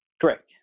Correct